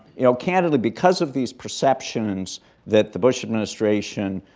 you know, candidly, because of these perceptions that the bush administration,